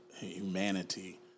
humanity